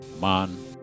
man